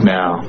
Now